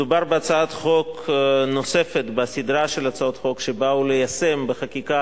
מדובר בהצעת חוק נוספת בסדרה של הצעות חוק שבאו ליישם בחקיקה